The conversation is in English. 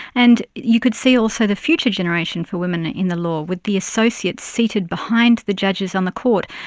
and you could see also the future generation for women in the law with the associates seated behind the judges on the court.